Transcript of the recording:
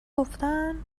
گفتن